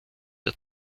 der